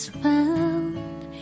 found